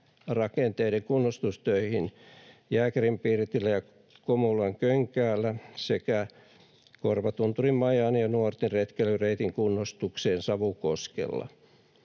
rakenteiden kunnostustöihin Jääkäripirtillä ja Komulankönkäällä sekä Korvatunturin majan ja Nuorttin retkeilyreitin kunnostukseen Savukoskella.